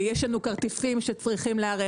יש לנו כרטיסים שצריכים להיערך,